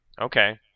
okay